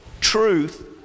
Truth